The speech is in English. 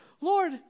Lord